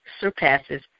surpasses